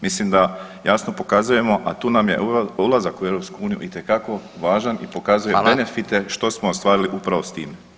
Mislim da jasno pokazujemo, a tu nam je ulazak u EU itekako važan i pokazuje [[Upadica: Hvala.]] benefite što smo ostvarili upravo s time.